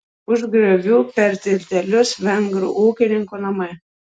už griovių per tiltelius vengrų ūkininkų namai